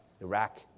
Iraq